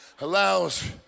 allows